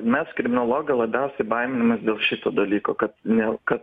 mes kriminologai labiausiai baiminamės dėl šito dalyko kad niel kad